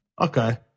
Okay